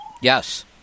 Yes